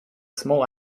small